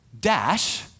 dash